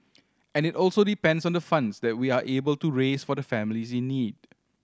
and it also depends on the funds that we are able to raise for the families in need